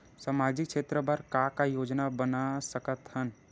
सामाजिक क्षेत्र बर का का योजना बना सकत हन?